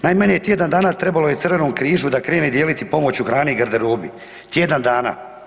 Najmanje tjedan dana trebalo je Crvenom križu da krene dijeliti pomoć u hrani i garderobi, tjedan dana.